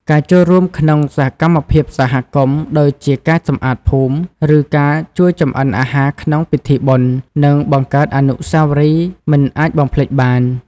ការចូលរួមក្នុងសកម្មភាពសហគមន៍ ដូចជាការសម្អាតភូមិ ឬការជួយចម្អិនអាហារក្នុងពិធីបុណ្យ នឹងបង្កើតអនុស្សាវរីយ៍មិនអាចបំភ្លេចបាន។